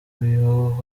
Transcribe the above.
uyu